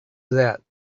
that